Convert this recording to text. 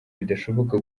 bidashoboka